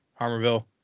Harmerville